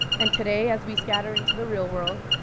and today as we scatter into the real world,